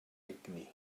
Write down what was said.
egni